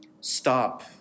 Stop